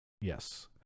Yes